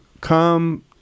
come